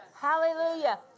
Hallelujah